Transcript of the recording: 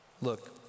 Look